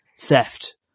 theft